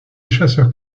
chasseurs